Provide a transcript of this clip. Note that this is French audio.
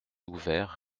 ouvert